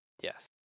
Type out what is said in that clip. Yes